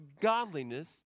godliness